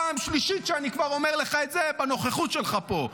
פעם שלישית שאני כבר אומר לך את זה בנוכחות שלך פה.